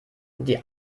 die